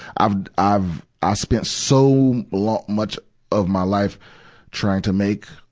i've, i've, i spent so long, much of my life trying to make,